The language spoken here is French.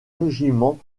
régiment